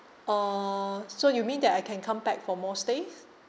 uh so you mean that I can come back for more stays